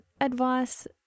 advice